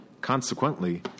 Consequently